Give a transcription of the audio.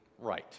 right